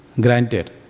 Granted